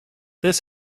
this